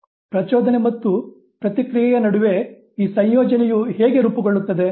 ಪ್ರಚೋದನೆ ಮತ್ತು ಪ್ರತಿಕ್ರಿಯೆಯ ನಡುವೆ ಈ ಸಂಯೋಜನೆಯು ಹೇಗೆ ರೂಪುಗೊಳ್ಳುತ್ತದೆ